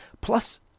Plus